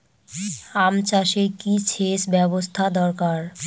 আম চাষে কি সেচ ব্যবস্থা দরকার?